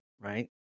right